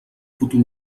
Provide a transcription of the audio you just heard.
futur